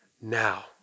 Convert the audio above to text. now